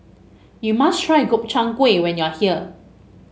you must try Gobchang Gui when you are here